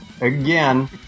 again